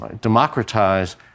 Democratize